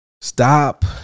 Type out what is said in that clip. Stop